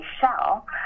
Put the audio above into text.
Shell